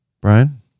Brian